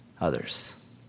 others